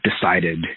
decided